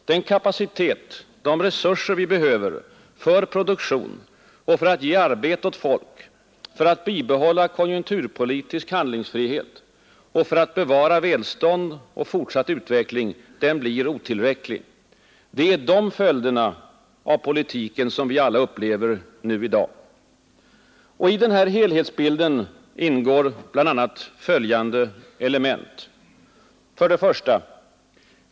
Den kapacitet, de resurser vi behöver för produktion och sysselsättning, för att bibehålla konjunkturpolitisk handlingsfrihet och för att bevara välstånd och fortsatt utveckling blir otillräcklig. Det är dessa följder av politiken som vi i dag upplever. I denna helhetsbild ingår bl.a. följande element: 1.